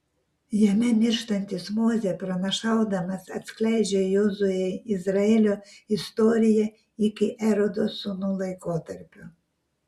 jame mirštantis mozė pranašaudamas atskleidžia jozuei izraelio istoriją iki erodo sūnų laikotarpio